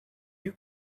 you